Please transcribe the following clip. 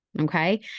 Okay